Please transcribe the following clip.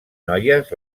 noies